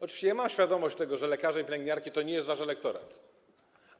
Oczywiście ja mam świadomość tego, że lekarze i pielęgniarki to nie jest wasz elektorat,